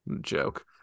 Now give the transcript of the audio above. Joke